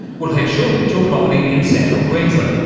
we'll head shortly to a property in central queensland,